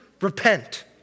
repent